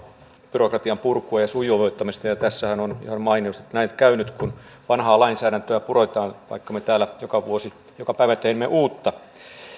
byrokratian purkua ja sujuvoittamista ja tässähän on ihan mainiosti näin käynyt kun vanhaa lainsäädäntöä puretaan vaikka me täällä joka vuosi joka päivä teemme uutta